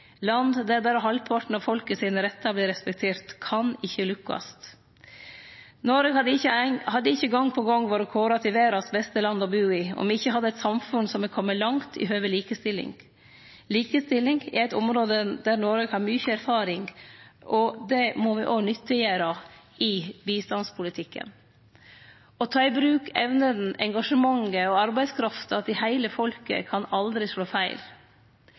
Land der berre halvparten av folket sine rettar vert respekterte, kan ikkje lukkast. Noreg hadde ikkje gong på gong vore kåra til verdas beste land å bu i om me ikkje hadde eit samfunn som er kome langt i høve likestilling. Likestilling er eit område der Noreg har mykje erfaring, og det må me også nyttiggjere i bistandspolitikken. Å ta i bruk evnene, engasjementet og arbeidskrafta til heile folket kan aldri slå feil.